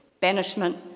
banishment